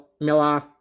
Miller